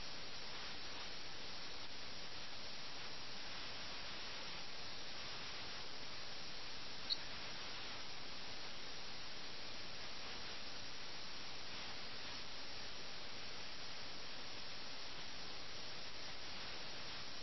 അതിനാൽ അവിടെ ഒരു വൈരുദ്ധ്യമുണ്ട് നഗരവാസികൾ ഗ്രാമപ്രദേശങ്ങളിൽ നിന്ന് എങ്ങനെ സമ്പത്ത് പുറത്തേക്ക് കൊണ്ടുപോകുന്നു എന്നിട്ട് അവർ അത് നഗരത്തിൽ മോശമായ കാര്യങ്ങൾക്ക് ഉപയോഗിക്കുന്നു